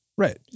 Right